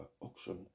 auction